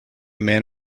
man